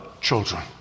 children